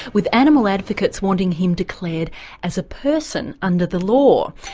with animal advocates wanting him declared as a person under the law.